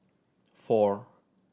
four